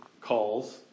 calls